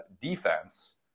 defense